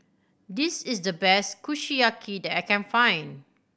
this is the best Kushiyaki that I can find